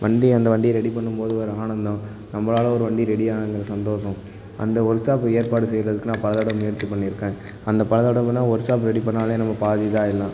வண்டி அந்த வண்டியை ரெடி பண்ணும்போது வர ஆனந்தம் நம்மளால ஒரு வண்டி ரெடி ஆனதில் ஒரு சந்தோஷம் அந்த ஒர்க்ஷாப் ஏற்பாடு செய்கிறதுக்கு நான் பல தடை முயற்சி பண்ணியிருக்கேன் அந்த பல தடவைன்னா ஒர்க்ஷாப் ரெடி பண்ணாலே நம்ம பாதி இதாயிடலாம்